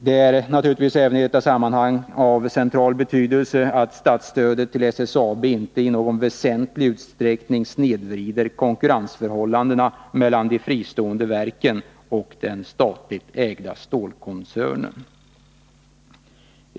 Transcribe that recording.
Det är naturligtvis i detta sammanhang av central betydelse att statsstödet till SSAB inte i någon väsentlig utsträckning snedvrider konkurrensförhållandena mellan de fristående verken och den statligt ägda stålkoncernen.